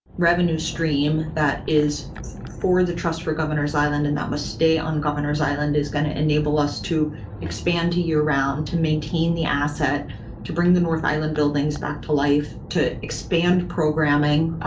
revenue stream that is for the trust for governor's island and that must stay on. governor's island is going to enable us to expand to year round to maintain the asset to bring the north island buildings back to life to expand programming,